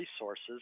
resources